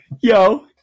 Yo